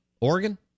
Oregon